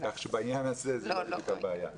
כך שבעניין הזה זה לא בדיוק הבעיה.